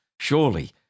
Surely